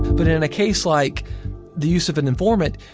but in a case like the use of an informant,